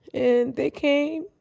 and they came